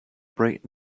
bright